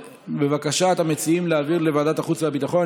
בקשת המציעים היא להעביר לוועדת החוץ והביטחון.